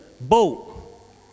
boat